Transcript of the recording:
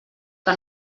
que